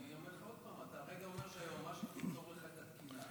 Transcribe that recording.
אני אומר עוד פעם: אתה רגע אומר שהיועצת המשפטית תפתור לך את התקינה.